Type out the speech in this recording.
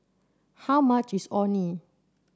how much is Orh Nee